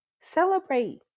Celebrate